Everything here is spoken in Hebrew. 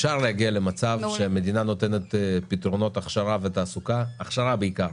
אפשר להגיע למצב שהמדינה נותנת פתרונות הכשרה ותעסוקה הכשרה בעיקר